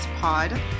Pod